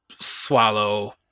swallow